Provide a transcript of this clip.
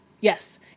Yes